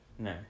No